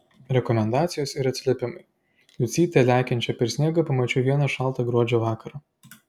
rekomendacijos ir atsiliepimai liucytę lekiančią per sniegą pamačiau vieną šaltą gruodžio vakarą